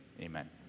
amen